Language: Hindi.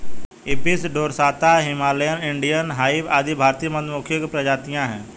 Apis dorsata, Himalayan, Indian hive आदि भारतीय मधुमक्खियों की प्रजातियां है